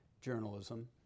journalism